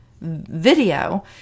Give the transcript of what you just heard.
video